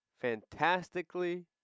Fantastically